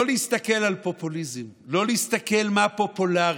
לא להסתכל על פופוליזם, לא להסתכל מה פופולרי,